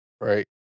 Right